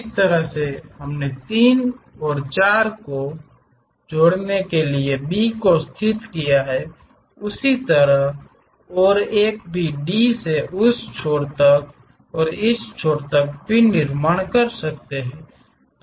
जिस तरह से हमने 3 और 4 को जोड़ने के लिए B को स्थित किया है उसी तरह और एक भी डी से उस छोर तक और इस छोर तक भी निर्माण कर सकते है